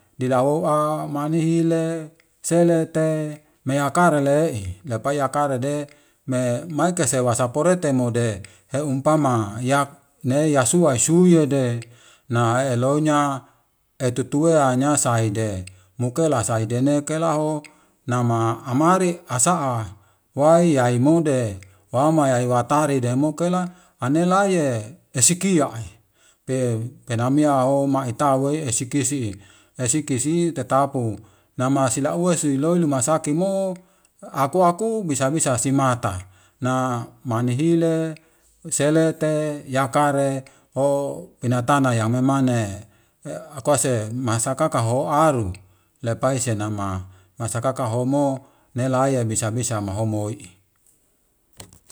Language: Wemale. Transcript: Dilawu'a manihile, selete, meyakarele'ei, lepayakarede, me maikesewasaporetemode, he umpama, yak ne yasuaysyuyede, na elonya etutueanya sahide, mukela sahidenekelaho, nama amari asa'a, wai yaimode, wama yai watari demukela, anelaye esikiai. Pe penamiaho maitawei esikisi. Esikisi tetapu. Nama silauesi loilumasakimo, aku- aku bisa bisa simata. Na manihile, selete, yakare, ho pinatana yamemane, akose masakakaho aru, lepaisenama, masakaka homo, nelayemisa visama homo i.